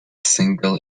single